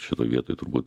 šitoj vietoj turbūt